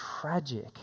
tragic